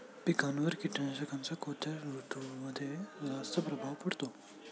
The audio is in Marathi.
पिकांवर कीटकनाशकांचा कोणत्या ऋतूमध्ये जास्त प्रभाव पडतो?